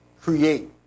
create